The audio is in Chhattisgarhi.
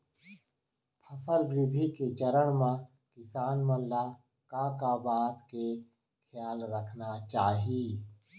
फसल वृद्धि के चरण म किसान मन ला का का बात के खयाल रखना चाही?